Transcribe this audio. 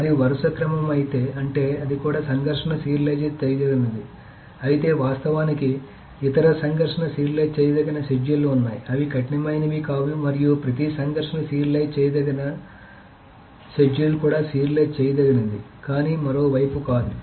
అది వరుస క్రమం అయితే అంటే ఇది కూడా సంఘర్షణ సీరియలైజ్ చేయదగినది అయితే వాస్తవానికి ఇతర సంఘర్షణ సీరియలైజ్ చేయదగిన షెడ్యూల్లు ఉన్నాయి అవి కఠినమైనవి కావు మరియు ప్రతి సంఘర్షణ సీరియలైజ్ చేయదగిన షెడ్యూల్ కూడా సీరియలైజ్ చేయదగినది కానీ మరో వైపు కాదు